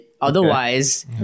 otherwise